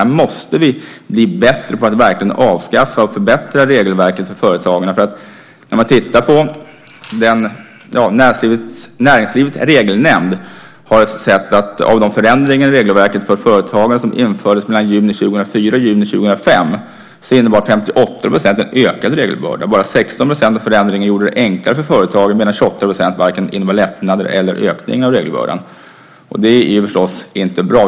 Här måste vi bli bättre på att verkligen förbättra regelverket för företagen. Näringslivets regelnämnd har undersökt de förändringar i regelverket för företagen som genomfördes mellan juni 2004 och juni 2005. 58 % av dessa förändringar innebar en ökad regelbörda, och bara 16 % av dessa förändringar gjorde det enklare för företagen, medan 28 % av förändringarna innebar varken lättnader eller en ökning av regelbördan. Och det är förstås inte bra.